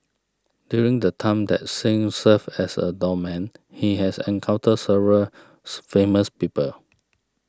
during the time that Singh served as a doorman he has encountered several famous people